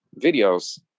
videos